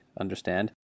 understand